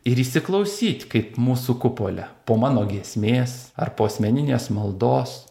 ir įsiklausyt kaip mūsų kupole po mano giesmės ar po asmeninės maldos